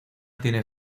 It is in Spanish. tiene